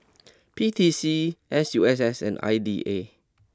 P T C S U S S and I D A